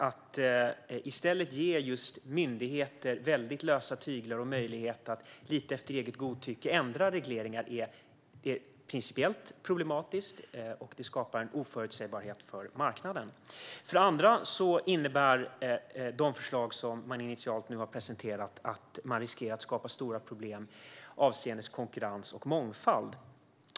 Att i stället ge myndigheter väldigt lösa tyglar och möjligheter att lite efter eget godtycke ändra regleringar är principiellt problematiskt och skapar oförutsägbarhet för marknaden. För det andra innebär de förslag som regeringen initialt har presenterat att man riskerar att skapa stora problem avseende konkurrens och mångfald.